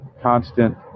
constant